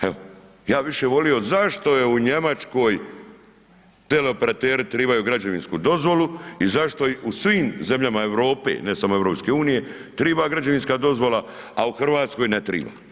Evo, ja bi više volio, zašto je u Njemačkoj teleoperateri trebaju građevinsku dozvolu i zašto u svim zemljama Europe, ne samo EU triba građevinska dozvola, a u Hrvatskoj ne triba.